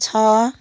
छ